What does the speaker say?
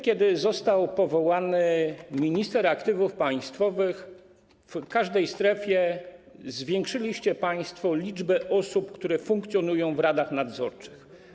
Kiedy został powołany minister aktywów państwowych, w każdej strefie zwiększyliście państwo liczbę osób, które funkcjonują w radach nadzorczych.